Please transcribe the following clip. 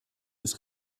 des